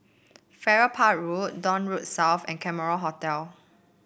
Farrer Park Road Dock Road South and Cameron Hotel